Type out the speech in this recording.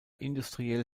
industriell